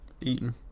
eaten